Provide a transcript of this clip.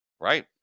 Right